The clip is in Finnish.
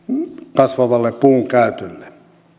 kasvavalle puun käytölle